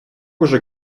уже